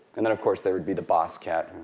and then of course, there would be the boss cat,